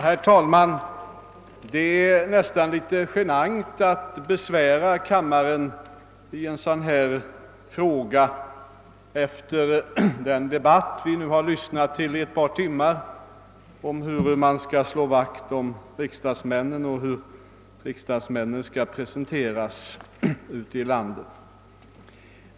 Herr talman! Det är nästan litet genant att besvära kammaren i en fråga som denna efter den debatt vi nu har lyssnat till i ett par timmar om hur man :skall slå vakt om riksdagsmännen och hur riksdagsmännen skall presenteras ute i landet.